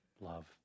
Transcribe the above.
love